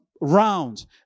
rounds